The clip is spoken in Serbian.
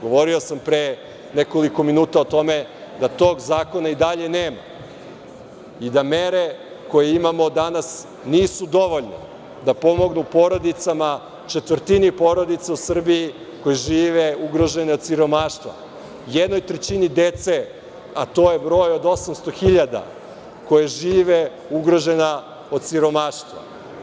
Govorio sam pre nekoliko minuta o tome da tog zakona i dalje nema i da mere koje imamo danas nisu dovoljne da pomognu porodicama, četvrtini porodica u Srbiji koje žive ugrožene od siromaštva, jednoj trećini dece, a to je broj od 800.000, koje žive ugrožena od siromaštva.